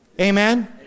Amen